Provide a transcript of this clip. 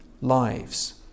lives